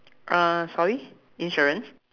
uh sorry insurance